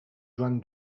joan